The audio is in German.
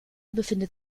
befindet